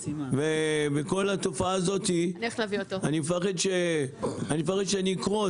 ומכל התופעה הזאת אני מפחד שאני אקרוס,